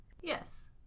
Yes